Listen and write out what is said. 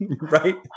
right